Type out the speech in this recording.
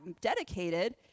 dedicated